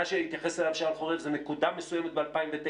שהתייחס אליו שאול חורב זאת נקודה מסוימת ב-2009,